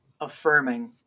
affirming